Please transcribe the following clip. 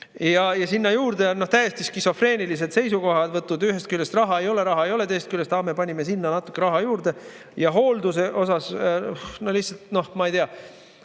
Ja sinna juurde on täiesti skisofreenilised seisukohavõtud. Ühest küljest raha ei ole, raha ei ole, teisest küljest: aa, me panime sinna natukene raha juurde. Ja hooldus – lihtsalt, noh, ma ei tea.